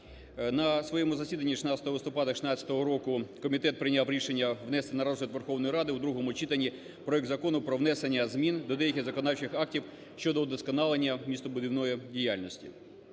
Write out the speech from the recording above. На своєму засіданні 16 листопада 16 року комітет прийняв рішення внести на розгляд Верховної Ради у другому читанні проект Закону про внесення змін до деяких законодавчих актів щодо удосконалення містобудівної діяльності.